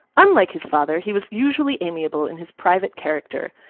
unlike his father, he was usually amiable in his private character,